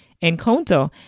encounter